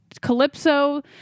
Calypso